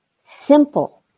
simple